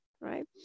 right